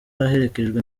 aherekejwe